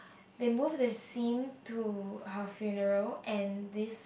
they move to have to seen to her funeral and this